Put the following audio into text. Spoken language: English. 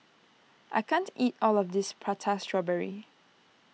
I can't eat all of this Prata Strawberry